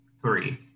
three